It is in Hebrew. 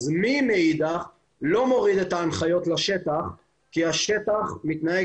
מאידך מי לא מוריד את ההנחיות לשטח כי השטח מתנהג